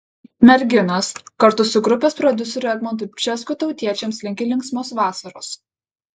merginos kartu su grupės prodiuseriu egmontu bžesku tautiečiams linki linksmos vasaros